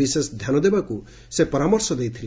ବିଶେଷ ଧ୍ଧାନ ଦେବାକୁ ସେ ପରାମର୍ଶ ଦେଇଥିଲେ